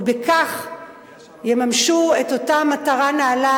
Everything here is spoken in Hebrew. ובכך יממשו את אותה מטרה נעלה,